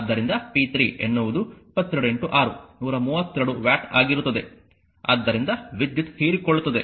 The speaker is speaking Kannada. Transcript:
ಆದ್ದರಿಂದ p3 ಎನ್ನುವುದು 22 6 132 ವ್ಯಾಟ್ ಆಗಿರುತ್ತದೆ ಆದ್ದರಿಂದ ವಿದ್ಯುತ್ ಹೀರಿಕೊಳ್ಳುತ್ತದೆ